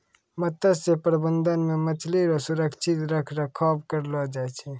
मत्स्य प्रबंधन मे मछली रो सुरक्षित रख रखाव करलो जाय छै